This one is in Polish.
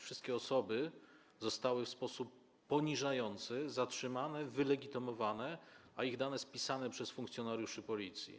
Wszystkie osoby zostały w sposób poniżający zatrzymane, wylegitymowane, a ich dane - spisane przez funkcjonariuszy Policji.